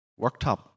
Worktop